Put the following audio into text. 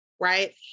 right